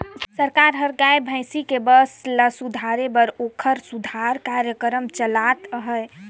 सरकार हर गाय, भइसी के बंस ल सुधारे बर ओखर सुधार कार्यकरम चलात अहे